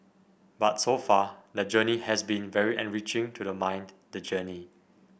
but so far the journey has been very enriching to the mind the journey